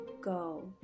go